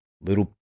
little